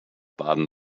baden